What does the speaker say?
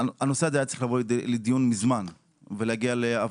הנושא הזה היה צריך לבוא לדיון כבר מזמן והיה צריך להגיע להבנות